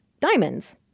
diamonds